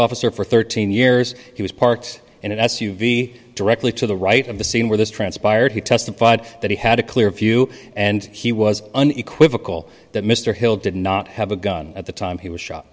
officer for thirteen years he was parked in an s u v directly to the right of the scene where this transpired he testified that he had a clear view and he was unequivocal that mr hill did not have a gun at the time he was shot